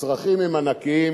הצרכים הם ענקיים.